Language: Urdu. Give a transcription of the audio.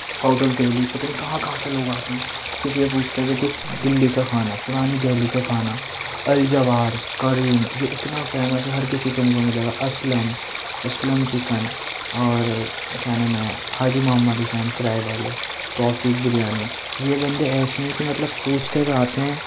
آؤٹ آف دہلی پتہ نہیں کہاں کہاں سے لوگ آتے ہیں صرف یہ پوچھتے ہوئے کہ دلی کا کھانا پرانی دہلی کا کھانا الجوار کریم یہ اتنا فیمس ہے ہر کسی کے منہ میں ملے گا اسلم اسلم چکن اور کیا نام ہے حاجی محمد حُسین فرائی والے توفیق بریانی یہ بندے ایسے ہیں کہ مطلب پوچھتے ہوئے آتے ہیں